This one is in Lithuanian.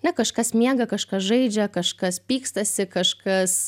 ne kažkas miega kažkas žaidžia kažkas pykstasi kažkas